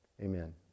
Amen